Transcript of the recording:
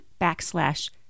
backslash